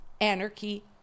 anarchy